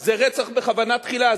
זה רצח בכוונה תחילה.